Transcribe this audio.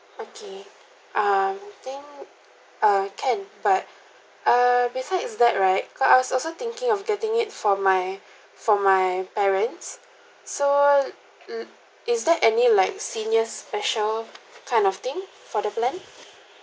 okay um I think uh can but err besides that right because I was also thinking of getting it for my for my parents so m~ is there any like senior special kind of thing for the plan